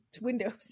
windows